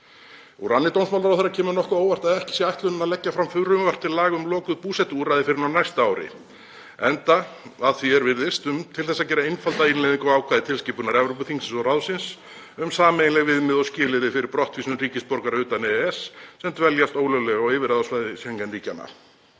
Úr ranni dómsmálaráðherra kemur nokkuð á óvart að ekki sé ætlunin að leggja fram frumvarp til laga um lokuð búsetuúrræði fyrr en á næsta ári, enda, að því er virðist til þess að gera einfalda innleiðingu á ákvæði tilskipunar Evrópuþingsins og ráðsins um sameiginleg viðmið og skilyrði fyrir brottvísun ríkisborgara utan EES sem dveljast ólöglega á yfirráðasvæði Schengen-ríkjanna.